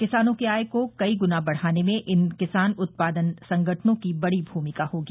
किसानों की आय को कई गुना बढ़ाने में इन किसान उत्पादन संगठनों की बड़ी भूमिका होगी